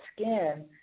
skin